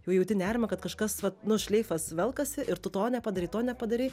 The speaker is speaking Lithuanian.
jau jauti nerimą kad kažkas vat nu šleifas velkasi ir tu to nepadarei to nepadarei